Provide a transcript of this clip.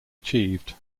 achieved